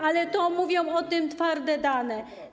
Ale mówią o tym twarde dane.